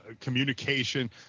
communication